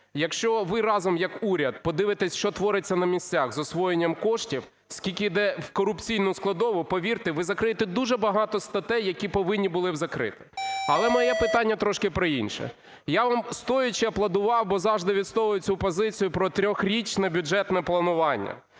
Якщо ви разом як уряд подивитесь, що твориться на місцях з освоєнням коштів, скільки іде в корупційну складову, повірте, ви закриєте дуже багато статей, які повинні були б закрити. Але моє питання трошки про інше. Я вам стоячи аплодував, бо завжди відстоював цю позицію про трьохрічне бюджетне планування.